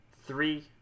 three